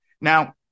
Now